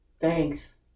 Thanks